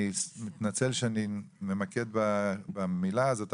אני מתנצל שאני מתמקד במילה הזאת,